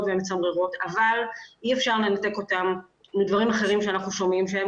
ומצמררות אבל אי אפשר לנתק אותם מדברים אחרים שאנחנו שומעים שהם